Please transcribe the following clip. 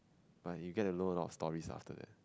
but you get to know a lot of stories after that